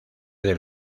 del